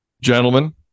Gentlemen